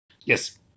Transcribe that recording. Yes